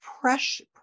pressure